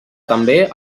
també